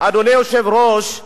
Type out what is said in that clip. אדוני היושב-ראש,